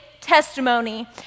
testimony